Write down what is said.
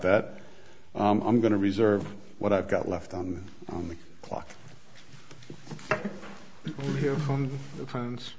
that i'm going to reserve what i've got left on the clock here from the fans